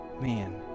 Man